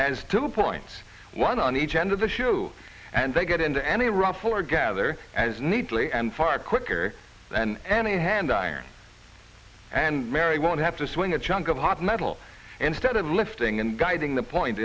has two points one on each end of the shoe and they get into any rough foregather as neatly and far quicker than any hand iron and mary won't have to swing a chunk of hot metal instead of lifting and guiding the point